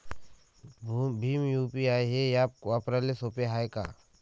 Bhim UPI हे app वापराले सोपे हाय का?